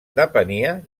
depenia